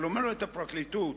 אבל אומרת הפרקליטות